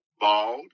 bald